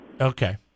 okay